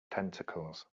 tentacles